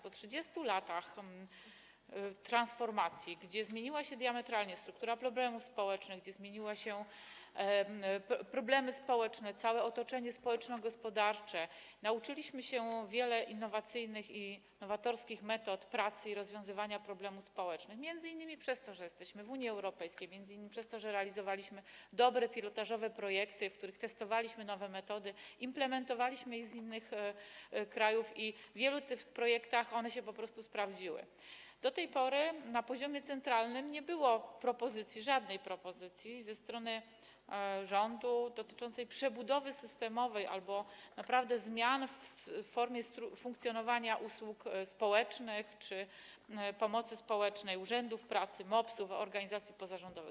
Po 30 latach transformacji, kiedy to zmieniła się diametralnie struktura problemów społecznych, całe otoczenie społeczno-gospodarcze, kiedy nauczyliśmy się wielu innowacyjnych i nowatorskich metod pracy i rozwiązywania problemów społecznych m.in. przez to, że jesteśmy w Unii Europejskiej, m.in. przez to, że realizowaliśmy dobre, pilotażowe projekty, w ramach których testowaliśmy nowe metody, implementowaliśmy je z innych krajów i w wielu tych projektach one się po prostu sprawdziły, do tej pory na poziomie centralnym nie było żadnej propozycji ze strony rządu dotyczącej przebudowy systemowej albo zmian w formie funkcjonowania usług społecznych czy pomocy społecznej, urzędów pracy, MOPS-ów, organizacji pozarządowych.